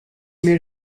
made